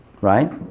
Right